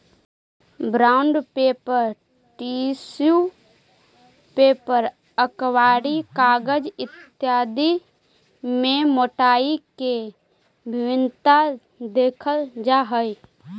bond paper, tissue paper, अखबारी कागज आदि में मोटाई के भिन्नता देखल जा हई